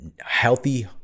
healthy